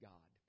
God